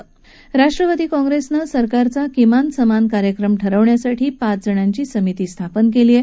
दरम्यान राष्ट्रवादी काँग्रेसनं सरकारचा किमान समान कार्यक्रम ठरवण्यासाठी पाच जणांची समिती स्थापन केली आहे